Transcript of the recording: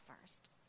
first